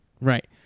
right